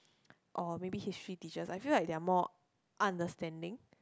or maybe History teacher I feel like they are more understanding